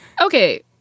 Okay